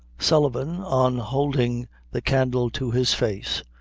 sullivan on holding the candle to his face,